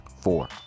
Four